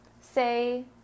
Say